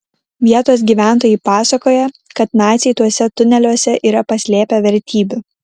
vietos gyventojai pasakoja kad naciai tuose tuneliuose yra paslėpę vertybių